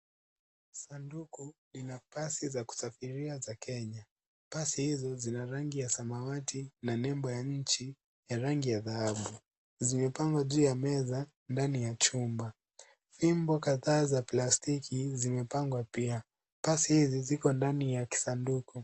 Sanduku lina pasi za kusafiria za Kenya, pasi hizo zina rangi ya samawati na nembo ya nchi ya rangi ya dhahabu, zimepangwa juu ya meza ndani ya chumba, fimbo kadhaa za plastiki zimepangwa pia, pasi hizi ziko ndani ya kisanduku.